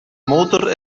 motor